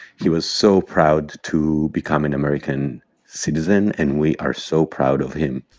he was so proud to become an american citizen. and we are so proud of him.